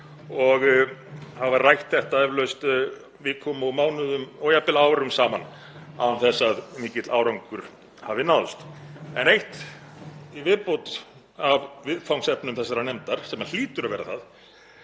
eflaust rætt þetta vikum, mánuðum og jafnvel árum saman án þess að mikill árangur hafi náðst. Eitt í viðbót af viðfangsefnum þessarar nefndar, sem hlýtur að vera það,